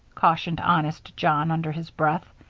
cautioned honest john, under his breath,